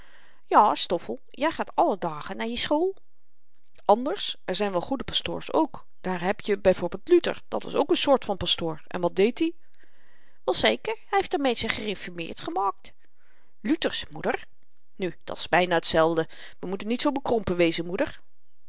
ja stoffel jy gaat alle dagen naar je school anders er zyn wel goede pastoors ook daar heb je byv luther dat was ook n soort van pastoor en wat deed i wel zeker hy heeft de menschen griffermeerd gemaakt luthersch moeder nu dat s byna tzelfde we moeten niet zoo bekrompen wezen moeder